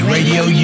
Radio